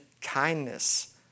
kindness